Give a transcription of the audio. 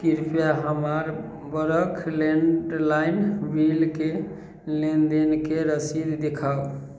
कृपया हमर बरख लैंडलाइन बिलके लेनदेनके रसीद देखाउ